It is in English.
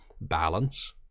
balance